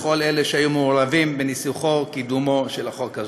לכל אלה שהיו מעורבים בניסוחו וקידומו של החוק הזה.